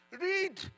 Read